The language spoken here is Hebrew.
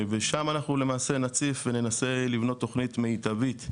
שם אנחנו למעשה נציף וננסה לבנות תכנית מיטבית.